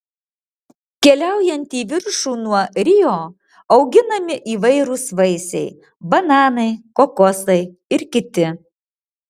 keliaujant į viršų nuo rio auginami įvairūs vaisiai bananai kokosai ir kiti